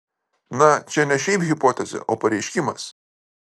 na čia ne šiaip hipotezė o pareiškimas